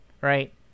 right